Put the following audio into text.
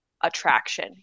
attraction